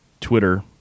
Twitter